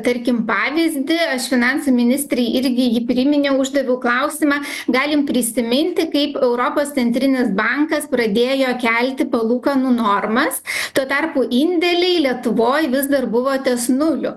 tarkim pavyzdį aš finansų ministrei irgi jį priminiau uždaviau klausimą galim prisiminti kaip europos centrinis bankas pradėjo kelti palūkanų normas tuo tarpu indėliai lietuvoj vis dar buvo ties nuliu